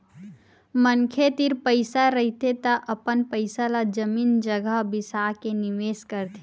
मनखे तीर पइसा रहिथे त अपन पइसा ल जमीन जघा बिसा के निवेस करथे